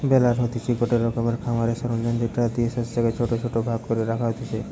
বেলার হতিছে গটে রকমের খামারের সরঞ্জাম যেটা দিয়ে শস্যকে ছোট ছোট ভাগ করে রাখা হতিছে